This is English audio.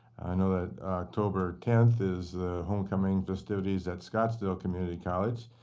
i know that october tenth is the homecoming festivities at scottsdale community college.